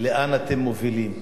לאן אתם מובילים.